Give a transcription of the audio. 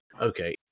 Okay